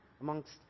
amongst